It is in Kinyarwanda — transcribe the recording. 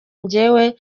njyewe